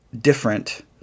different